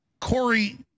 Corey